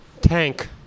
tank